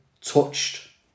touched